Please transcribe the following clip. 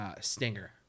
stinger